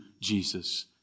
Jesus